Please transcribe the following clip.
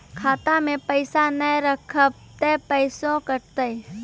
खाता मे पैसा ने रखब ते पैसों कटते?